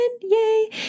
Yay